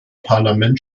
parlament